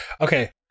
Okay